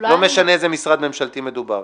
ולא משנה באיזה משרד ממשלתי מדובר.